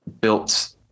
built